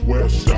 West